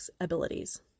abilities